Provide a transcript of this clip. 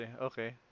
Okay